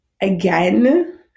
Again